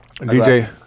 DJ